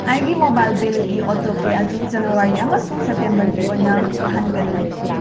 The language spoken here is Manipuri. ꯑꯩꯒꯤ ꯃꯣꯕꯥꯏꯜ ꯕꯤꯜꯒꯤ ꯑꯣꯇꯣꯄꯦ ꯑꯗꯨ ꯖꯅꯋꯥꯔꯤ ꯑꯃꯁꯨꯡ ꯁꯦꯞꯇꯦꯝꯕꯔꯒꯤ ꯑꯣꯏꯅ ꯌꯥꯍꯟꯒꯅꯨ